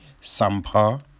Sampa